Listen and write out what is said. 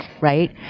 right